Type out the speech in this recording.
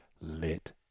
lit